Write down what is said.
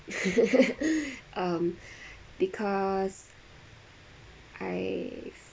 um because I